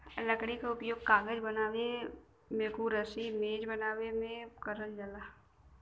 लकड़ी क उपयोग कागज बनावे मेंकुरसी मेज बनावे में करल जाला